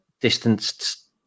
distanced